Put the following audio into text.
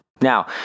Now